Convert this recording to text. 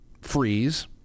freeze